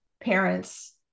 parents